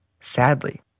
Sadly